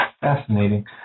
Fascinating